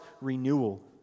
renewal